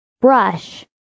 brush